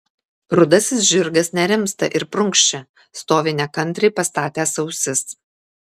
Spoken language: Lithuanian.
rudasis žirgas nerimsta ir prunkščia stovi nekantriai pastatęs ausis